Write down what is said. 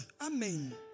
Amen